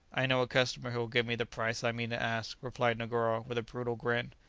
i know a customer who will give me the price i mean to ask, replied negoro with a brutal grin.